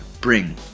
bring